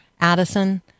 Addison